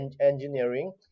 engineering